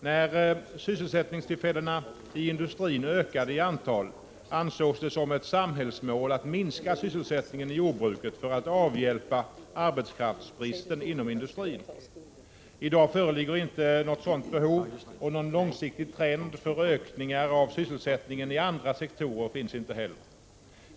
När sysselsättningstillfällena i industrin ökade i antal ansågs det som ett samhällsmål att minska sysselsättningen i jordbruket för att avhjälpa arbetskraftsbristen inom industrin. I dag föreligger inte något sådant behov, och någon långsiktig trend för ökningar av sysselsättningen i andra sektorer finns inte heller.